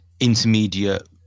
intermediate